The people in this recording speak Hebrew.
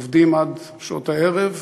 עובדים עד שעות הערב,